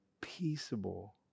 peaceable